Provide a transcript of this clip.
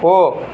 போ